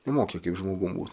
nemokė kaip žmogum būt